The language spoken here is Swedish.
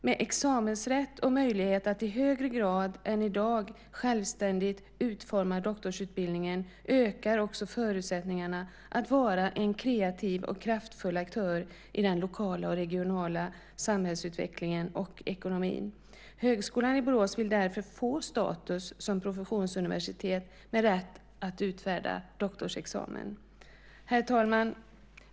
Med examensrätt och möjlighet att i högre grad än i dag självständigt utforma doktorsutbildningen ökar också förutsättningarna att vara en kreativ och kraftfull aktör i den lokala och regionala samhällsutvecklingen och ekonomin. Högskolan i Borås vill därför få status som professionsuniversitet med rätt att utfärda doktorsexamen. Herr talman!